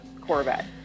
Corvette